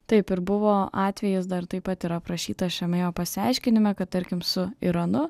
taip ir buvo atvejis dar taip pat yra aprašyta šiame jo pasiaiškinime kad tarkim su iranu